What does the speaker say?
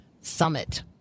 Summit